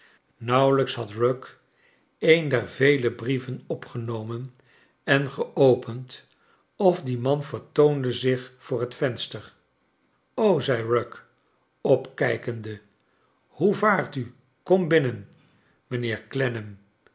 nauwelijks had rugg eon der vele brieven opgenomen en geopend of die man vertoonde zich voor het venster zei rugg opkijkende hoe vaart u kom binnen